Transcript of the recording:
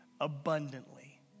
abundantly